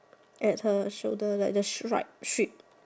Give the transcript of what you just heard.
it's a shoulder like the shrike shrike